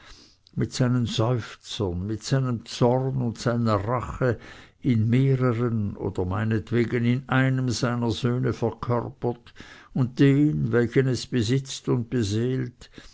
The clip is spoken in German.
mit seinen seufzern mit seinem zorn und seiner rache in mehrern oder meinetwegen in einem seiner söhne verkörpert und den welchen es besitzt und beseelt